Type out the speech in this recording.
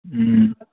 अँ